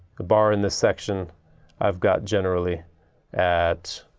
ah but in this section i've got generally at